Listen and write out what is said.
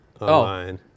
online